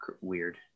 weird